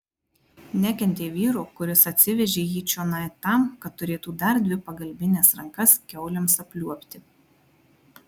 nekentė vyro kuris atsivežė jį čionai tam kad turėtų dar dvi pagalbines rankas kiaulėms apliuobti